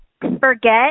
forget